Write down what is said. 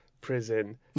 prison